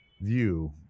view